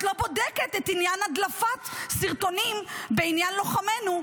לא בודקת את עניין הדלפת סרטונים בעניין לוחמינו,